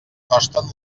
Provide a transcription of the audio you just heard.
costen